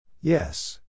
Yes